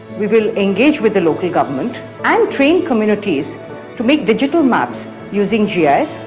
we will engage with the local government and train communities to make digital maps using gis,